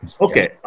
Okay